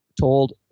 told